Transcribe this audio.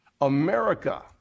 America